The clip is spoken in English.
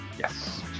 yes